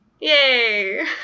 Yay